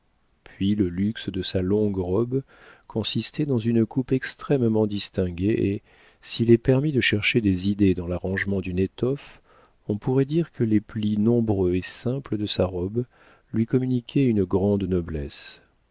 puis le luxe de sa longue robe consistait dans une coupe extrêmement distinguée et s'il est permis de chercher des idées dans l'arrangement d'une étoffe on pourrait dire que les plis nombreux et simples de sa robe lui communiquaient une grande noblesse